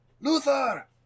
Luther